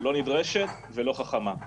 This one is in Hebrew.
לא נדרשת ולא חכמה.